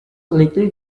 little